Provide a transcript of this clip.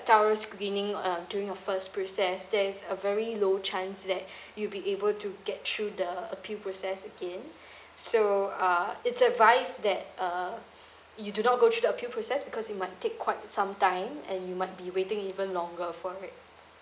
thorough screening uh during your first process there is a very low chance that you'll be able to get through the appeal process again so uh it's advised that uh you do not go through the appeal process because it might take quite some time and you might be waiting even longer for it